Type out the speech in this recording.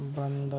बंद